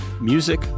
Music